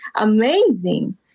amazing